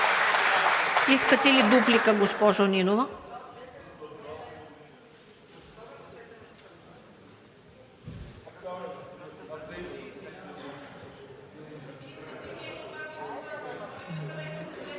Искате ли дуплика, госпожо Нинова?